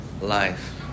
life